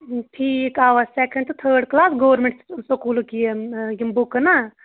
ٹھیٖک اَوا سیٚکیٚنٛڈ تہٕ ٹھٲڑ کٕلاس گورمیٚنٛٹ سکوٗلُک یہِ یِم بُکہٕ نا